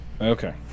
Okay